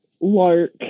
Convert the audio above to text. Lark